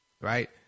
right